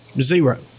zero